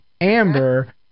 Amber